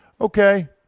Okay